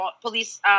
police